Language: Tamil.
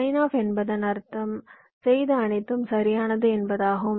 சைனாப் என்பதன் அர்த்தம் செய்த அனைத்தும் சரியானது என்பதாகும்